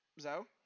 Zo